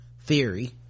theory